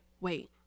wait